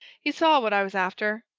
he saw what i was after!